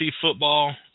football